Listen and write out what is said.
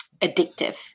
addictive